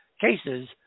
cases